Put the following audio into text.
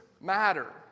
matter